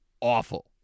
awful